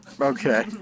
okay